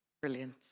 Brilliant